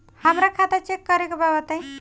हमरा खाता चेक करे के बा बताई?